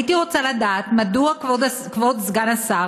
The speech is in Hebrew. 2. הייתי רוצה לדעת מדוע כבוד סגן השר